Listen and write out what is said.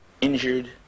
injured